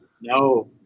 No